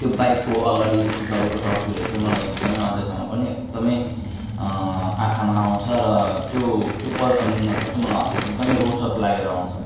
त्यो बाइकको अगाडि पछाडिको तस्विरहरू चाहिँ मलाई एकदमै अझसम्म पनि एकदमै आँखामा आउँछ र त्यो त्यो पल सम्झँदाखेरि चाहिँ एकदमै रोचक लागेर आउँछ